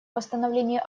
восстановления